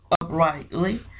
uprightly